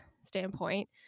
standpoint